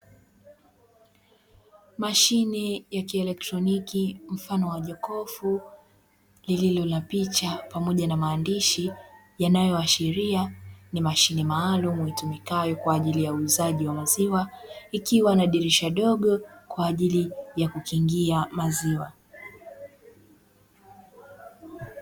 Mashine ya kielektroniki mfano wa jokofu; lililo na picha pamoja na maandishi yanayoashiria ni mashine maalumu, itumikayo kwa ajili ya uuzaji wa maziwa, ikiwa na dirisha dogo kwa ajili ya kukingia maziwa.